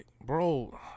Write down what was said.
bro